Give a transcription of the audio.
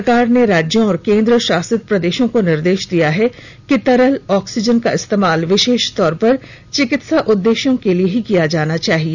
सरकार ने राज्यों और केन्द्र शासित प्रदेशों को निर्देश दिया है कि तरल ऑक्सीजन का इस्तेमाल विशेष तौर पर चिकित्सा उद्देश्यों के लिए ही किया जाना चाहिए